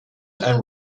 and